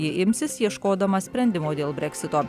ji imsis ieškodama sprendimo dėl breksito